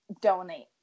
donate